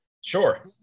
Sure